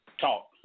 Talk